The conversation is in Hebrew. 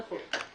נכון.